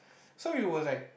so we were like